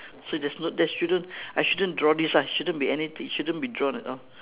so there's no that shouldn't I shouldn't draw this ah shouldn't be anything it shouldn't be drawn at all